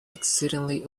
exceedingly